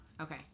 Okay